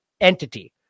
entity